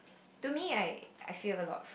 to me right I feel a lot